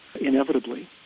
inevitably